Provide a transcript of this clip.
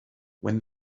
when